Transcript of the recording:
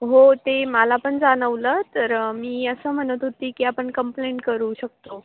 हो ते मला पण जाणवलं तर मी असं म्हणत होती की आपण कंप्लेंट करू शकतो